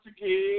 again